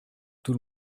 tout